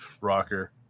Rocker